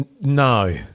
No